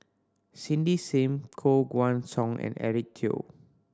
Cindy Sim Koh Guan Song and Eric Teo